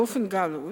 באופן גלוי,